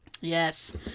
Yes